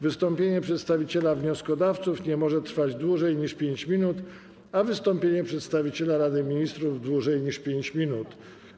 Wystąpienie przedstawiciela wnioskodawców nie może trwać dłużej niż 5 minut, a wystąpienie przedstawiciela Rady Ministrów - dłużej niż 5 minut.